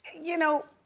you know